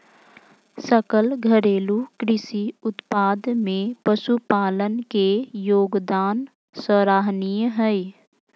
सकल घरेलू कृषि उत्पाद में पशुपालन के योगदान सराहनीय हइ